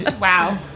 wow